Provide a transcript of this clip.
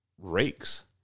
rakes